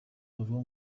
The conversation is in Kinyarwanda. bavuga